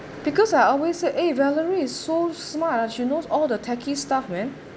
because I always said eh valerie is so smart ah she knows all the techie stuff man